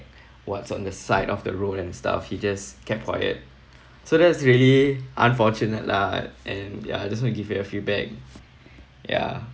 what's on the side of the road and stuff he just kept quiet so that's really unfortunate lah and ya just want to give you a feedback yeah